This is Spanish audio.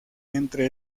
entre